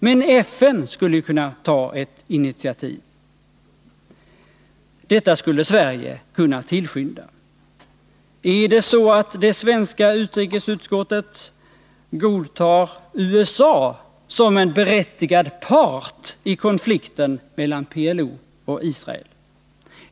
Men FN skulle ju kunna ta ett initiativ. Detta skulle Sverige kunna tillskynda. Är det så att det svenska utrikesutskottet godtar USA som en berättigad part i konflikten mellan PLO och Israel?